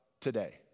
today